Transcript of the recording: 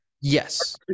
Yes